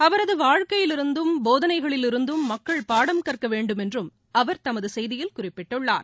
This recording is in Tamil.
அவரதுவாழ்க்கையிலிருந்தும் போதனைகளிலிருந்துபாடம் கற்கமக்கள் சூழலைஏற்கவேண்டும் என்றும் அவர் தமதுசெய்தியில் குறிப்பிட்டுள்ளார்